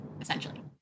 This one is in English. essentially